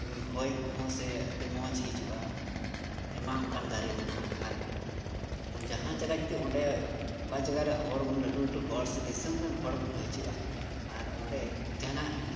ᱡᱮᱢᱚᱱ ᱦᱚᱭ ᱠᱚᱦᱚᱸ ᱥᱮ ᱟᱹᱰᱤ ᱢᱚᱡᱽ ᱦᱤᱡᱩᱜᱼᱟ ᱟᱭᱢᱟ ᱚᱱᱠᱟᱱ ᱫᱟᱨᱮ ᱢᱮᱱᱟᱜᱼᱟ ᱟᱨ ᱡᱟᱦᱟᱸ ᱡᱟᱭᱜᱟ ᱡᱩᱫᱤ ᱚᱠᱟ ᱡᱟᱭᱜᱟ ᱨᱮ ᱦᱚᱲ ᱞᱟᱹᱴᱩ ᱞᱟᱹᱴᱩ ᱦᱚᱲ ᱥᱮ ᱫᱤᱥᱚᱢ ᱨᱮᱱ ᱦᱚᱲ ᱠᱚ ᱦᱤᱡᱩᱜᱼᱟ ᱟᱨ ᱚᱸᱰᱮ ᱡᱟᱦᱟᱱᱟᱜ